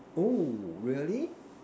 oh really